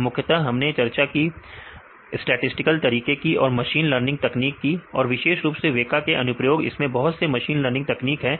मुख्यतः हमने चर्चा की स्टैटिसटिकल तरीके की और मशीन लर्निंग तकनीक की और विशेष रुप से वेका का अनुप्रयोग इसमें बहुत से मशीन लर्निंग तकनीक है